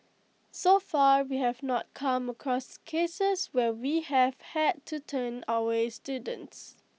so far we have not come across cases where we have had to turn away students